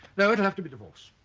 no it'll have to be divorce.